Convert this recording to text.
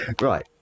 Right